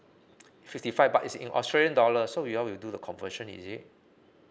fifty five but is in australian dollar so your will do the conversion is it